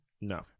No